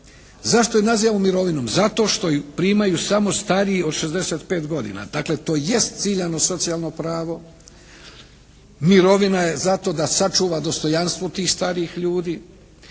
Zašto je nazivamo mirovinom? Zato što ju primaju samo stariji od 65 godina. Dakle, to jest ciljano socijalno pravo, mirovina je za to da sačuva dostojanstvo tih starijih ljudi,